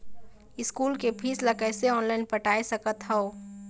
School के fees ला कैसे ऑनलाइन पटाए सकत हव?